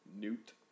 Newt